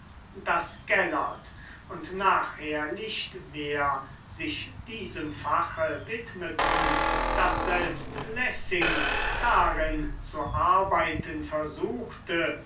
daß gellert und nachher lichtwer sich diesem fache widmeten daß selbst lessing darin zu arbeiten versuchte